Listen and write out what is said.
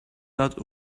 out